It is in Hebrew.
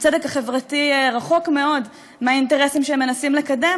הצדק החברתי רחוק מאוד מהאינטרסים שהם מנסים לקדם,